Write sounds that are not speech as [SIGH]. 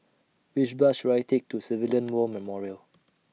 Which Bus should I Take to [NOISE] Civilian War Memorial